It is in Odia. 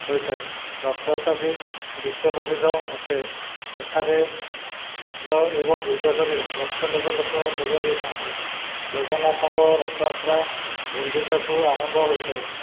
ହୋଇଥାଏ ରଥ ଯାତ୍ରାଟି ବିଶ୍ଵ ପ୍ରସିଦ୍ଧ ଅଟେ ଏଠାରେ ଦେଶ ଏବଂ ବିଦେଶରେ ଲକ୍ଷ ଲକ୍ଷ ଲୋକ ଯୋଗ ଦେଇଥାଆନ୍ତି ଜଗନ୍ନାଥଙ୍କ ରଥ ଯାତ୍ରା ଗୁଣ୍ଡିଚାକୁ ଆରମ୍ଭ ହୋଇଥାଏ